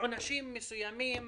עונשים מסוימים.